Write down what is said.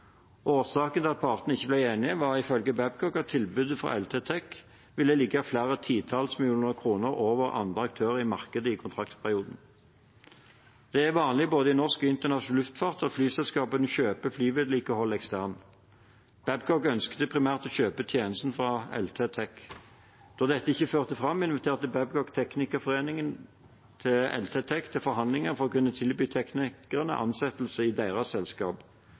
Årsaken til at partene ikke ble enige, var ifølge Babcock at tilbudet fra LT Tech ville ligge flere titalls millioner kroner over andre aktører i markedet i kontraktsperioden. Det er vanlig både i norsk og internasjonal luftfart at flyselskapene kjøper flyvedlikehold eksternt. Babcock ønsket primært å kjøpe tjenester fra LT Tech. Da dette ikke førte fram, inviterte Babcock teknikerforeningen til LT Tech til forhandlinger for å kunne tilby teknikerne ansettelse i deres selskap.